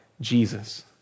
Jesus